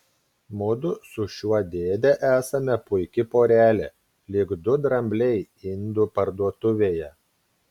mudu su šiuo dėde esame puiki porelė lyg du drambliai indų parduotuvėje